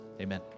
Amen